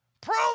Prove